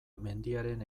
mendiaren